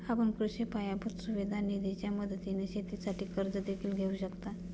आपण कृषी पायाभूत सुविधा निधीच्या मदतीने शेतीसाठी कर्ज देखील घेऊ शकता